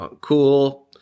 cool